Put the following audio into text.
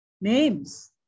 names